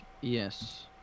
Yes